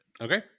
Okay